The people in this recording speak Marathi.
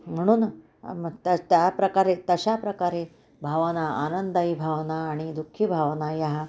म्हणून मग तर त्याप्रकारे तशाप्रकारे भावना आनंददायी भावना आणि दुःखी भावना या